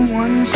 one